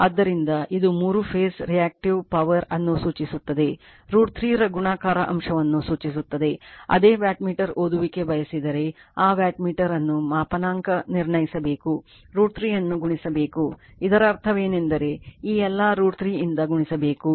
ಆದ್ದರಿಂದ ಇದು ಮೂರು ಫೇಸ್ ರಿಯಾಕ್ಟಿವ್ ಪವರ್ ಅನ್ನು ಸೂಚಿಸುತ್ತದೆ √ 3 ರ ಗುಣಾಕಾರ ಅಂಶವನ್ನು ಸೂಚಿಸುತ್ತದೆ ಅದೇ ವ್ಯಾಟ್ಮೀಟರ್ ಓದುವಿಕೆ ಬಯಸಿದರೆ ಆ ವ್ಯಾಟ್ಮೀಟರ್ ಅನ್ನು ಮಾಪನಾಂಕ ನಿರ್ಣಯಿಸಬೇಕು √ 3 ನ್ನು ಗುಣಿಸಬೇಕು ಇದರ ಅರ್ಥವೇನೆಂದರೆ ಈ ಎಲ್ಲವನ್ನು√ 3 ಇಂದ ಗುಣಿಸಬೇಕು